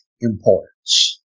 importance